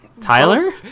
Tyler